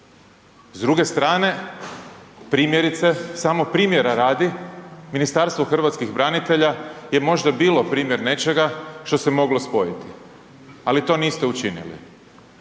S druge strane primjerice, samo primjera radi, Ministarstvo hrvatskih branitelja je možda bilo primjer nečega što se moglo spojiti, ali to niste učinili.